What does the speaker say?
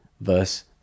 verse